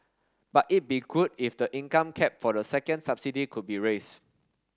but it'd be good if the income cap for the second subsidy could be raised